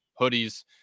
hoodies